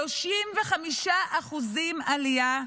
35% עלייה,